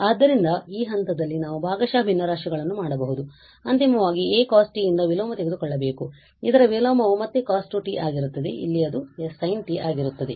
ಆದ್ದರಿಂದ ಈ ಹಂತದಲ್ಲಿ ನಾವು ಭಾಗಶಃ ಭಿನ್ನರಾಶಿಗಳನ್ನು ಮಾಡಬಹುದು ಮತ್ತು ಅಂತಿಮವಾಗಿ a cos t ಯಿಂದ ವಿಲೋಮ ತೆಗೆದುಕೊಳ್ಳಬೇಕು ಇದರ ವಿಲೋಮವು ಮತ್ತೆ cos 2t ಆಗಿರುತ್ತದೆ ಮತ್ತು ಇಲ್ಲಿ ಅದು sin t ಆಗಿರುತ್ತದೆ